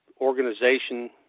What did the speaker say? organization